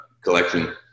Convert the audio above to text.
collection